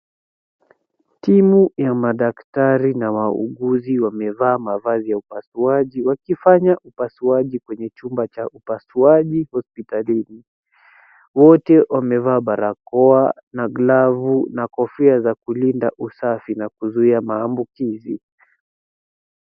Timu ya madaktari na wauguzi wamevaa mavazi ya upasuaji wakifanya upasuaji kwenye chumba cha upasuaji hospitali. Wote wamevaa barakoa na glavu na kofia za kulinda usafi na kuzuia maambukizi.